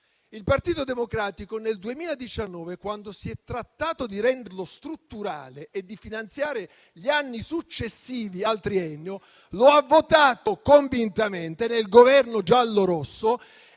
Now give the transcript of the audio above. Il Partito Democratico nel 2019, quando si è trattato di renderlo strutturale e di finanziare gli anni successivi al triennio, lo ha votato convintamente nel Governo giallo rosso.